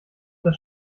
das